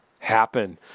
Happen